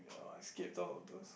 skip all of those